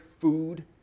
food